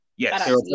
Yes